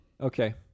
Okay